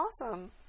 awesome